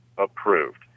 approved